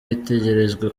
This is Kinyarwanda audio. utegerejwe